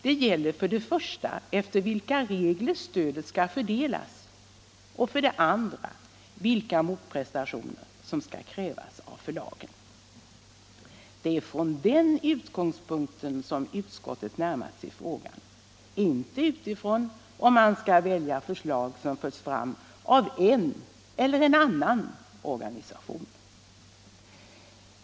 Det gäller för det första efter vilka regler stödet skall fördelas och för det andra vilka motprestationer som skall krävas av förlagen. Det är från den utgångspunkten som utskottet närmat sig frågan — inte utifrån om man skall välja förslag som förts fram av den ena eller andra organisationen.